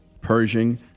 Pershing